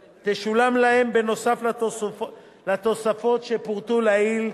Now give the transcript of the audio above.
להם, נוסף על התוספות שפורטו לעיל,